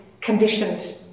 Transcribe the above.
conditioned